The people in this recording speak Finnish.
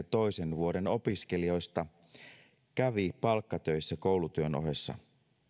toisen vuoden opiskelijoista kävi palkkatöissä koulutyön ohessa